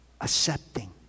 accepting